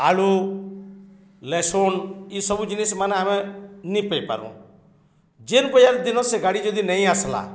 ଆଳୁ ଲେସୁନ୍ ଇସବୁ ଜିନିଷ୍ମାନେ ଆମେ ନିପେପାରୁ ଯେନ୍ ବଜାର ଦିନ ସେ ଗାଡ଼ି ଯଦି ନେଇ ଆସିଲ